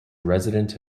resident